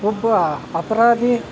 ಒಬ್ಬ ಅಪರಾಧಿ